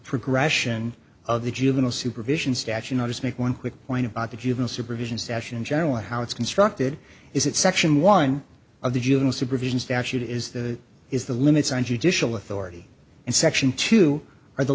progression of the juvenile supervision statute i just make one quick point about the juvenile supervision session in general how it's constructed is it section one of the juvenile supervision statute is the is the limits on judicial authority and section two or the